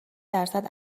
درصد